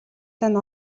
тань